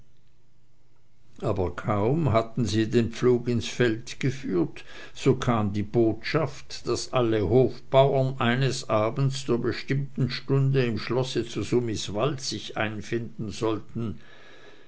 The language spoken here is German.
aber kaum hatten sie den pflug ins feld geführt so kam botschaft daß alle hofbauern eines abends zur bestimmten stunde im schlosse zu sumiswald sich einfinden sollten